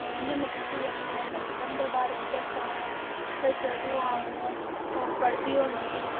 जियां में तुसेंगी अपने बचपन दे बारे च दस्सां ते जदूं अ'ऊं पढ़दी होन्नी